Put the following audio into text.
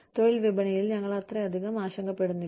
തൊഴിൽ വിപണിയിൽ ഞങ്ങൾ അത്രയധികം ആശങ്കപ്പെടുന്നില്ല